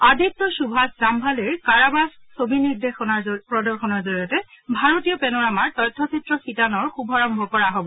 আদিত্য সুভাষ জাম্ভালেৰ কাৰবাস ছবি প্ৰদৰ্শনৰ জৰিয়তে ভাৰতীয় পেনোৰামাৰ তথ্য চিত্ৰ শিতানৰ শুভাৰম্ভ কৰা হব